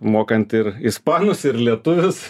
mokant ir ispanus ir lietuvius